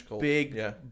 big